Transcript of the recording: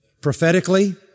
prophetically